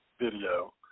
video